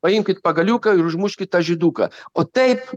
paimkit pagaliuką ir užmuškit tą žyduką o taip